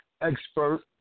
expert